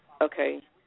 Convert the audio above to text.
okay